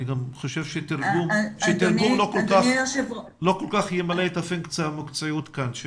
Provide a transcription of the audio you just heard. אני חושב שתרגום לא כל כך ימלא את הפונקציה המקצועית כאן.